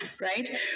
Right